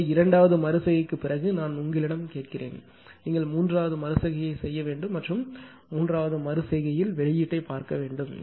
எனவே இரண்டாவது மறு செய்கைக்குப் பிறகு நான் உங்களிடம் கேட்கிறேன் நீங்கள் மூன்றாவது மறு செய்கையை செய்ய வேண்டும் மற்றும் மூன்றாவது மறு செய்கையில் வெளியீட்டைப் பார்க்க வேண்டும்